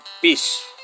peace